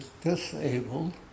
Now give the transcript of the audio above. disabled